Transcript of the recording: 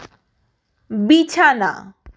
বিছানা